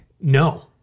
No